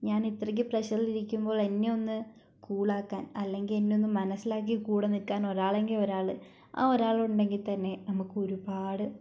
ഞാൻ ഇത്രയ്ക്ക് പ്രഷറിൽ ഇരിക്കുമ്പോൾ എന്നെ ഒന്ന് കൂളാക്കാൻ അല്ലെങ്കിൽ എന്നെ ഒന്ന് മനസ്സിലാക്കി കൂടെ നിൽക്കാൻ ഒരാളെങ്കിൽ ഒരാൾ ആ ഒരാളുണ്ടെങ്കിൽതന്നെ നമുക്ക് ഒരുപാട്